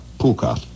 Puka